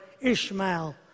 Ishmael